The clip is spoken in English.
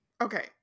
Okay